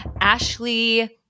Ashley